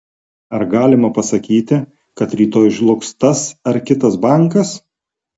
ar galima pasakyti kad rytoj žlugs tas ar kitas bankas